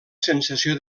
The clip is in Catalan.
sensació